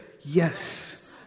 yes